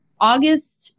August